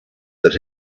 that